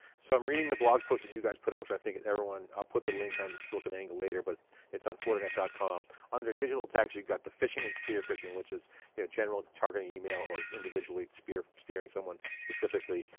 so i'm reading the blog post that you guys put out. which i think everyone. i'll put the link on siliconangle later. but it's on fortinet dot com under digital attacks you've got the phishing and spear phishing which is you know general targeting an email or individually spear spearing someone specifically.